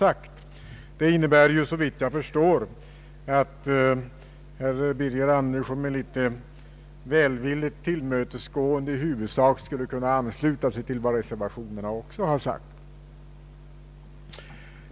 Såvitt jag förstår innebär detta att herr Birger Andersson också med litet tillmötesgående i stort sett skulle kunna ansluta sig till reservationerna.